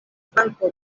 flanko